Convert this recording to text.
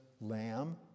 Lamb